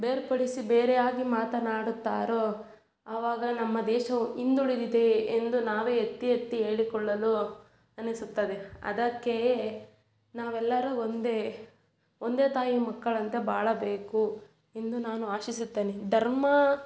ಬೇರ್ಪಡಿಸಿ ಬೇರೆಯಾಗಿ ಮಾತನಾಡುತ್ತಾರೋ ಅವಾಗ ನಮ್ಮ ದೇಶವು ಹಿಂದುಳಿದಿದೆ ಎಂದು ನಾವೇ ಎತ್ತಿ ಎತ್ತಿ ಹೇಳಿಕೊಳ್ಳಲು ಅನಿಸುತ್ತದೆ ಅದಕ್ಕೆಯೇ ನಾವೆಲ್ಲರು ಒಂದೇ ಒಂದೇ ತಾಯಿ ಮಕ್ಕಳಂತೆ ಬಾಳಬೇಕು ಎಂದು ನಾನು ಆಶಿಸುತ್ತೇನೆ ಧರ್ಮ